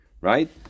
Right